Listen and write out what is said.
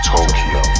Tokyo